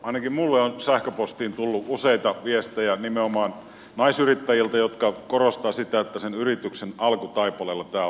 ainakin minulle on sähköpostiin tullut useita viestejä nimenomaan naisyrittäjiltä jotka korostavat sitä että sen yrityksen alkutaipaleella tämä on tervetullut apu